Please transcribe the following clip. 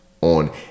on